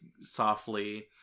softly